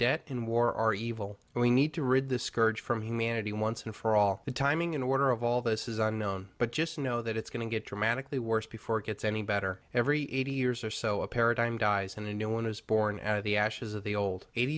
debt in war are evil and we need to rid this scourge from humanity once and for all the timing and order of all this is unknown but just know that it's going to get dramatically worse before it gets any better every eighteen years or so a paradigm dies and a new one is born out of the ashes of the old eighty